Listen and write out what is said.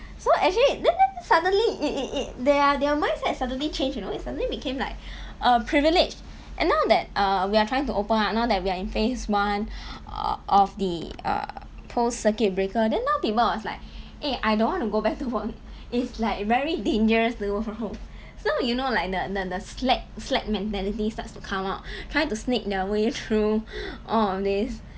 so actually then then suddenly it it it their their mindset suddenly change you know it suddenly became like a privilege and now that err we are trying to open up now that we are in phase one of the uh post circuit breaker then now people was like eh I don't want to go back to work it's like very dangerous to work from home so you know like the the the slack slack mentality starts to come out try to sneak their way through all of this